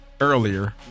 earlier